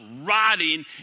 rotting